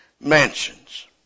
mansions